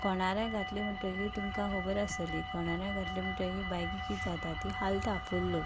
खोंडाऱ्यांत घातली म्हणटकीर तुमकां खबर आसतली खोंडाऱ्यांत घातली म्हणटकीर बायकी कितें जाता ती ती हालता